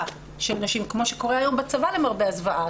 של נשים כמו שקורה היום בצבא למרבה הזוועה.